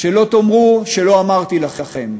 שלא תאמרו שלא אמרתי לכם.